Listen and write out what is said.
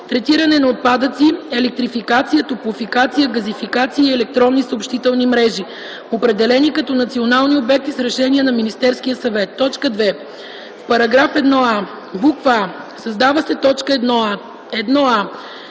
третиране на отпадъци, електрификация, топлофикация, газификация и електронни съобщителни мрежи, определени като национални обекти с решение на Министерския съвет.” 2. В § 1а: а) създава се т. 1а: „1а.